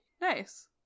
nice